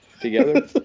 together